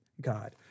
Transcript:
God